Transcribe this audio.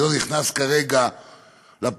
אני לא נכנס כרגע לפרטים,